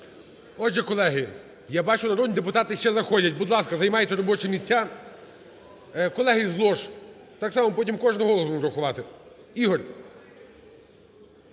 Отже, колеги, я бачу, народні депутати ще заходять. Будь ласка, займайте робочі місця. Колеги з лож, так само потім кожний голос будемо рахувати. Ігор!